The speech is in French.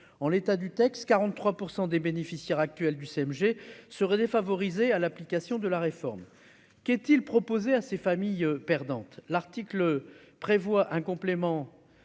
en l'état du texte 43 % des bénéficiaires actuels du CMG seraient défavorisés à l'application de la réforme, qu'est-il proposer à ces familles perdantes l'article prévoit un complément